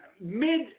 mid